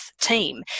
team